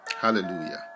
hallelujah